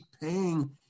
paying